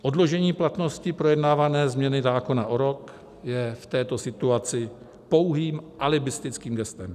Odložení platnosti projednávané změny zákona o rok je v této situaci pouhým alibistickým gestem.